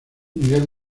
miguel